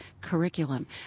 curriculum